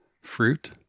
Fruit